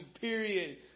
period